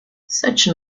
such